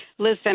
Listen